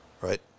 Right